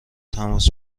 تماس